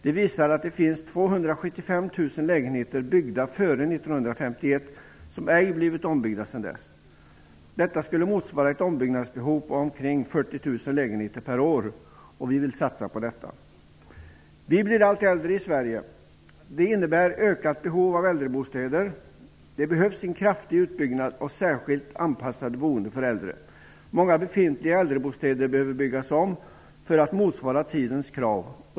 Den visar att det finns 275 000 lägenheter byggda före 1951 som ej blivit ombyggda sedan dess. Det skulle motsvara ett ombyggnadsbehov på omkring 40 000 lägenheter per år. Vi vill satsa på detta. Den svenska befolkningen blir allt äldre. Det innebär ökat behov av äldrebostäder. Det behövs en kraftig utbyggnad av för äldre särskilt anpassat boende. Många befintliga äldrebostäder behöver byggas om för att motsvara tidens krav.